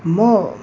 म